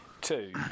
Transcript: Two